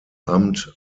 amt